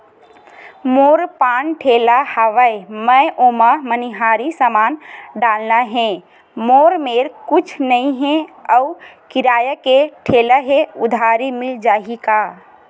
मोर पान ठेला हवय मैं ओमा मनिहारी समान डालना हे मोर मेर कुछ नई हे आऊ किराए के ठेला हे उधारी मिल जहीं का?